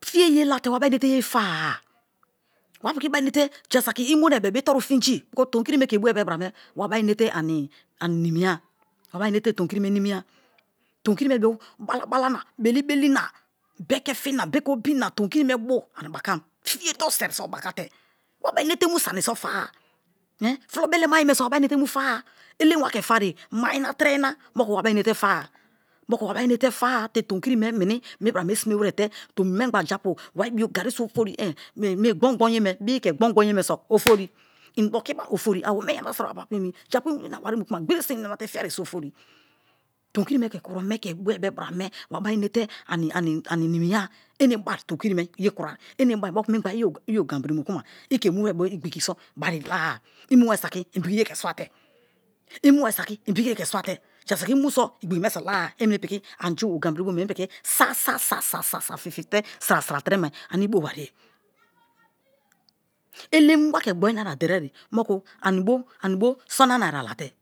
fiye ye late wabari inete ye fa-a wapiki bari enete jasaki i monai bebe-e i torungbo finji tomikiri me ke boe brame wabari inete ani nimiya wabari inate tomi kiri me bo balabala na, beli-beli na, beke fi na, beke obi na tomikiri me bo ani bakam fiye toruseri so baka te wabari inete mie sani so fa-a, fulo belemaye me so wabari enete mu fara elem wa ke fariye mai na trei no moku wabari inete fara moku wabari inete fara te tomikiri me mi bra me sime were te tomimegba japu waribio gari so ofori me gbon-gbon yeme so ofori i dokiba ofori awome yansira were apu emi, japu emi i ina wari mu kuma gberiye so iyanate fiene so ofori. Tomikiri me ke kuro were be brame wa inete ani nimiya, enebai tonkiri me ye kuroi enebai moku mingba i oganloiri muku i ke muwere bo igbigi so bari la-a i muwere saki i piki ye ke swate jasaki i mu so igbigi me so la-a i meni piki anju oganbiri bo meni piki sasasa fifiye sira sira tere me ani i piki bowariye elem wa ke gbori naira derie ye moku sona-a naira late.